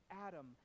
Adam